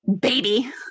baby